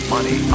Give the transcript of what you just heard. Money